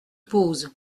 pose